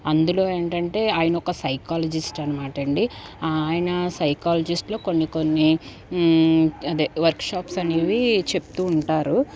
అందులో ఏంటంటే ఆయన ఒక సైకాలజిస్ట్ అనమాటండి ఆయన సైకాలజిస్ట్లో కొన్ని కొన్ని అదే వర్క్ షాప్స్ అనేవి చెప్తూ ఉంటారు